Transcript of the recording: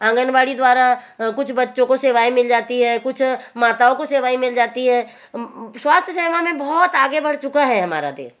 आंगनवाड़ी द्वारा कुछ बच्चों को सेवाएं मिल जाती है कुछ माताओं को सेवाएं मिल जाती है स्वास्थ्य में बहुत आगे बढ़ चुका है हमारा देश